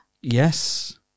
Yes